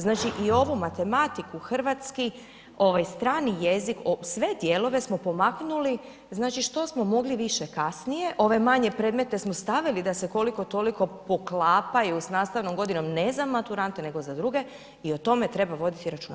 Znači i ovu matematiku, hrvatski ovaj strani jezik, sve dijelove smo pomaknuli znači što smo mogli više kasnije, ove manje predmete smo stavili da se koliko toliko poklapaju s nastavnog godinom ne za maturante nego za druge i o tome treba voditi računa.